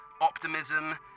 optimism